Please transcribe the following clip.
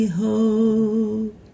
hope